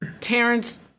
Terrence